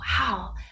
wow